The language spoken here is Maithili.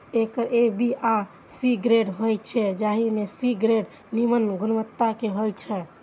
एकर ए, बी आ सी ग्रेड होइ छै, जाहि मे सी ग्रेड निम्न गुणवत्ता के होइ छै